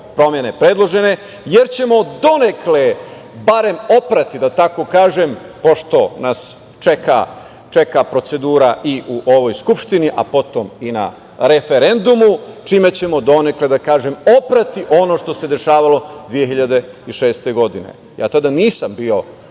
predložene promene, jer ćemo donekle, barem, oprati, da tako kažem, pošto nas čeka procedura i u ovoj Skupštini, a potom i na referendumu, čime ćemo donekle, da kažem, oprati ono što se dešavalo 2006. godine. Tada nisam bio